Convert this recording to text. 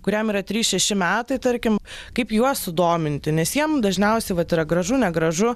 kuriam yra trys šeši metai tarkim kaip juos sudominti nes jiem dažniausiai vat yra gražu negražu